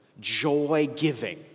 joy-giving